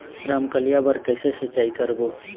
रमकलिया बर कइसे सिचाई करबो?